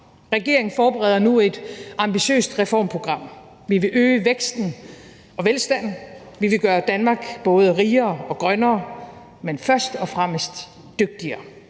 Regeringen forbereder nu et ambitiøst reformprogram. Vi vil øge væksten og velstanden, vi vil gøre Danmark både rigere og grønnere, men først og fremmest dygtigere.